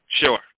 Sure